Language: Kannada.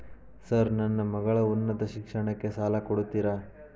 ಸರ್ ನನ್ನ ಮಗಳ ಉನ್ನತ ಶಿಕ್ಷಣಕ್ಕೆ ಸಾಲ ಕೊಡುತ್ತೇರಾ?